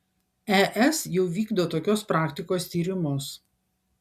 es jau vykdo tokios praktikos tyrimus